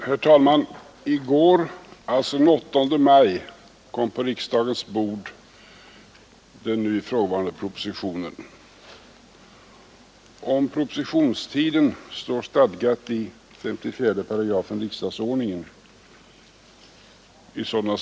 Herr talman! I går, alltså den 8 maj, kom på riksdagens bord den ifrågavarande propositionen. Om propositionstider står stadgat i 54 § riksdagsordningen.